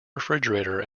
refrigerator